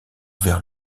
vers